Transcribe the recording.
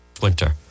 winter